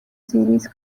series